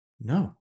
no